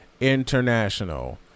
International